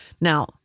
Now